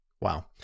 wow